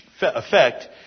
effect